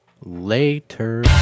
Later